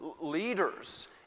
leaders